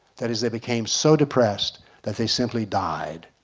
that is, they became so depressed that they simply died.